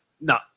No